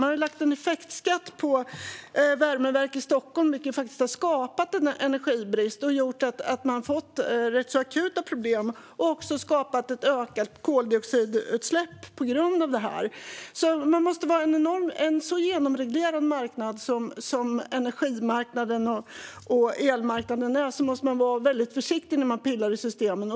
Man har lagt en effektskatt på värmeverk i Stockholm, vilket faktiskt har skapat en energibrist och gjort att man har fått rätt akuta problem. Det har också skapat ökade koldioxidutsläpp. När det gäller en så genomreglerad marknad som energi och elmarknaden måste man vara väldigt försiktig när man pillar i systemen.